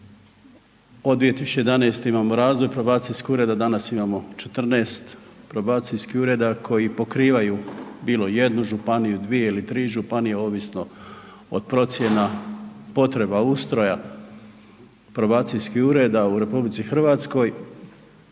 od 2011. imamo razvoj probacijskih ureda, danas imamo 14 probacijskih ureda koji pokrivaju bilo 1 županiju, 2 ili 3 županije ovisno od procjena potreba ustroja probacijskih ureda u RH. Imamo